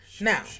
Now